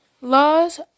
Laws